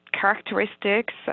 characteristics